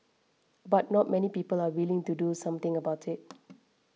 but not many people are willing to do something about it